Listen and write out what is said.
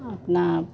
अपना